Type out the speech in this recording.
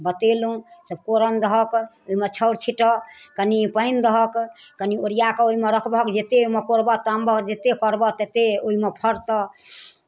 बतेलहुँ से फोरन दहक ओहिमे छाउर छीँटह कनि पानि दहक कनि ओरिया कऽ ओहिमे रखबहक जतेक ओहिमे कोरबह तामबह जतेक करबह ततेक ओहिमे फड़तह